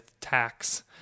tax